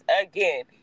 again